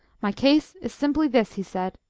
my case is simply this, he said.